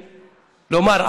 נאמר,